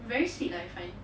very sweet lah I find